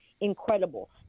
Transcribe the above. incredible